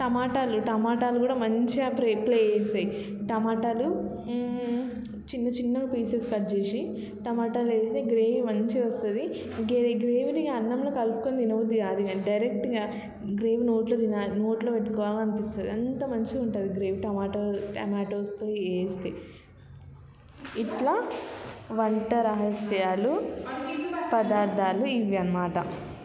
టమాటాలు టమాటాలు కూడా మంచిగా ప్లేట్లో వేసి టమాటాలు చిన్న చిన్నగా పీసెస్ కట్ చేసి టమాటాలు వేస్తే గ్రేవీ మంచిగా వస్తుంది గ్రేవీ గ్రేవీ ఇంకా అన్నంలో కలుపుకొని తినబుద్ధి కాదు ఇంక డైరెక్ట్గా గ్రేవీ నోట్లో తినాలి నోట్లో పెట్టుకోవాలి అనిపిస్తుంది అంత మంచిగా ఉంటుంది గ్రేవీ టమాటో టమాటోస్తో వేస్తే ఇట్లా వంట రహస్యాలు పదార్థాలు ఇవి అన్నమాట